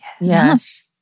Yes